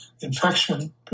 infection